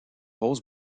rose